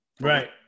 Right